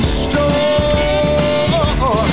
store